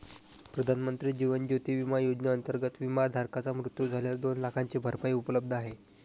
प्रधानमंत्री जीवन ज्योती विमा योजनेअंतर्गत, विमाधारकाचा मृत्यू झाल्यास दोन लाखांची भरपाई उपलब्ध आहे